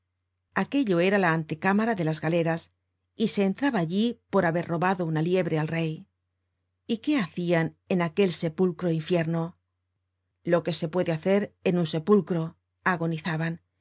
aquello era la antecámara de las galeras y se entraba allí por haber robado una liebre al rey y qué hacian en aquel sepúlcro infierno lo que se puede hacer en un sepúlcro agonizaban y